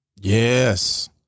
Yes